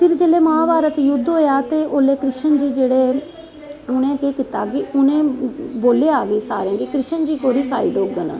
फिर जिसलै माभारत युद्ध होआ ते उसलै कृषण जी जेहडे़ उंहे केह् कीता कि उनें बोलेआ कि सारे गी कृष्ण जी कोह्दी साइड होङन